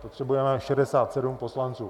Potřebujeme 67 poslanců.